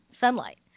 sunlight